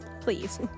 please